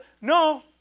no